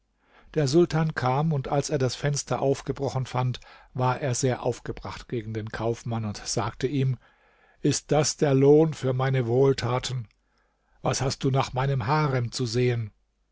der sultan kam und als er das fenster aufgebrochen fand war er sehr aufgebracht gegen den kaufmann und sagte ihm ist das der lohn für meine wohltaten was hast du nach meinem harem zu sehen